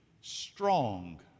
strong